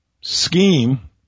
scheme